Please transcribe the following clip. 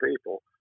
people